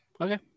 Okay